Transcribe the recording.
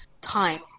time